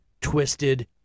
twisted